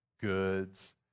goods